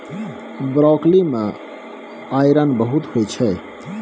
broccoli मे iron बहुत होइ छै